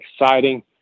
exciting